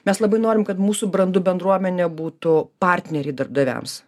mes labai norim kad mūsų brandu bendruomenė būtų partneriai darbdaviams